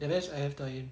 the rest I have to iron